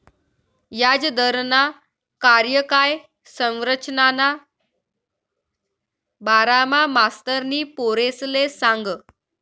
याजदरना कार्यकाय संरचनाना बारामा मास्तरनी पोरेसले सांगं